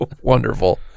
wonderful